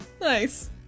Nice